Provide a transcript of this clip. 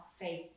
faith